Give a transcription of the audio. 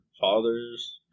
father's